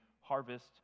harvest